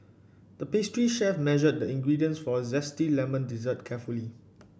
the pastry chef measured the ingredients for a zesty lemon dessert carefully